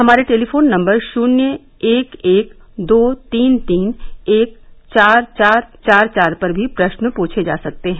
हमारे telephone number शून्य एक एक दो तीन तीन एक चार चार चार चार पर भी प्रश्न पूछे जा सकते हैं